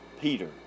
Peter